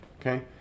Okay